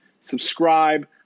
subscribe